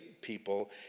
people